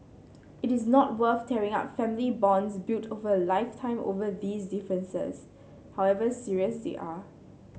it is not worth tearing up family bonds built over lifetime over these differences however serious they are